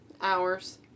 Hours